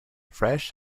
fresh